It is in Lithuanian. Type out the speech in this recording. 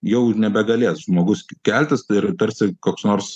jau nebegalės žmogus keltis tai yra tarsi koks nors